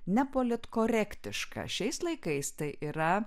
nepolitkorektiška šiais laikais tai yra